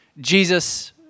Jesus